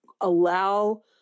allow